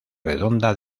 redonda